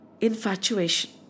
infatuation